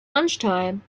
lunchtime